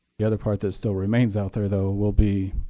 the other part that still remains out there though will be